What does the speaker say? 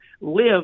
live